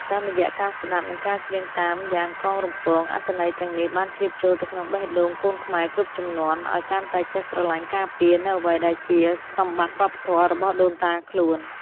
តាមរយៈការស្ដាប់ និងការច្រៀងតាមយ៉ាងកងរំពង អត្ថន័យទាំងនេះបានជ្រាបចូលទៅក្នុងបេះដូងកូនខ្មែរគ្រប់ជំនាន់ ឱ្យកាន់តែចេះស្រឡាញ់ ការពារ នូវអ្វីដែលជាសម្បត្តិវប្បធម៌របស់ដូនតាខ្លួន។